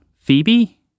Phoebe